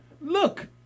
look